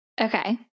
Okay